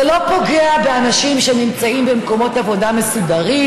זה לא פוגע באנשים שנמצאים במקומות עבודה מסודרים,